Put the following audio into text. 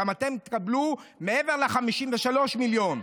גם אתם תקבלו, מעבר ל-53 מיליארד.